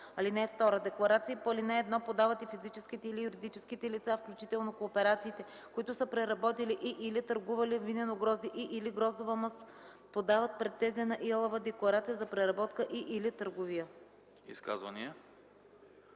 (2) Декларации по ал. 1 подават и физическите или юридическите лица, включително кооперациите, които са преработили и/или търгували винено грозде и/или гроздова мъст, подават пред ТЗ на ИАЛВ декларация за преработка и/или търговия.”